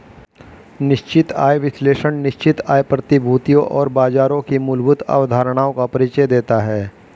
निश्चित आय विश्लेषण निश्चित आय प्रतिभूतियों और बाजारों की मूलभूत अवधारणाओं का परिचय देता है